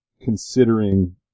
considering